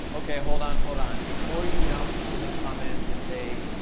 okay, hold on, hold on, before you jump in the comments and say,